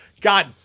God